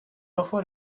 parfois